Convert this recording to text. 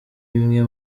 imwe